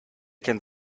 kennt